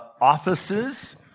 Offices